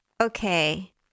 okay